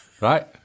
Right